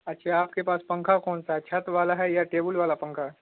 اچھا آپ کے پاس پنکھا کون سا چھت والا ہے ٹیبل والا پنکھا ہے